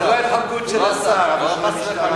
זה לא התחמקות של השר, זה של המשטרה.